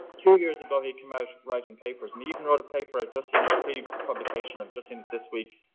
two years ago he came out writing papers. and he even wrote a paper. i've just seen a pre-publication. i've just seen it this week.